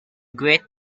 great